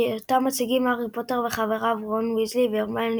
שאותם מייצגים הארי פוטר וחבריו רון ויזלי והרמיוני